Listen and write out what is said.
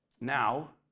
Now